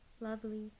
lovely